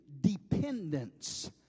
dependence